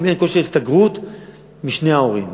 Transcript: אם אין מיצוי כושר השתכרות של שני ההורים,